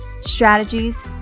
strategies